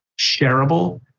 shareable